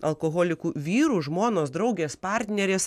alkoholikų vyrų žmonos draugės partnerės